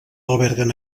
alberguen